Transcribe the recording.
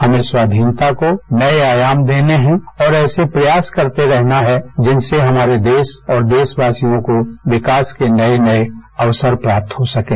हमें स्वाधीरता को नये आयाम देने हैं और ऐसे प्रयास करते रहना है जिनसे हमारे देश और देशवासियों को विकास के नये नये अवसर प्राप्त हो सकें